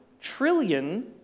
trillion